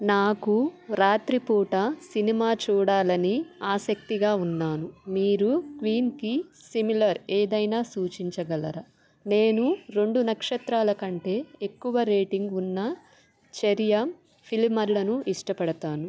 నాకు రాత్రి పూట సినిమా చూడాలని అసక్తిగా ఉన్నాను మీరు క్వీన్కి సిమిలర్ ఏదైనా సూచించగలరా నేను రెండు నక్షత్రాల కంటే ఎక్కువ రేటింగ్ ఉన్న చర్య ఫిల్మర్లను ఇష్టపడతాను